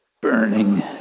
burning